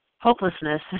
hopelessness